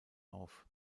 auf